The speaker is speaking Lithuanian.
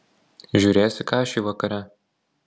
žiūrėsi kašį vakare